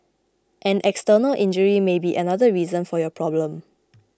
an external injury may be another reason for your problem